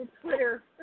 Twitter